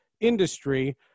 industry